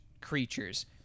creatures